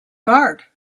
guard